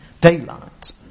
daylight